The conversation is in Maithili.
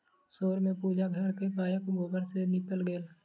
भोर में पूजा घर के गायक गोबर सॅ नीपल गेल